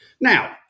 Now